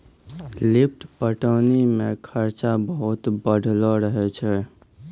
lift पटौनी मे खरचा बहुत बढ़लो रहै छै